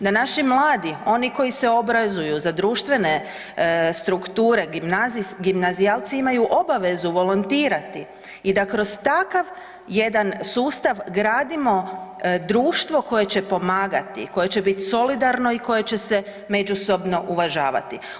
Da naši mladi, oni koji se obrazuju za društvene strukture, gimnazijalci imaju obavezu volontirati i da kroz takav jedan sustav gradimo društvo koje će pomagati, koje će biti solidarno i koje će se međusobno uvažavati.